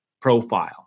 profile